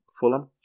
Fulham